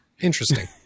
Interesting